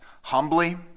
humbly